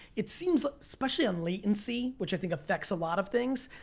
it seems, especially on latency, which i think effects a lot of things,